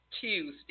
Tuesday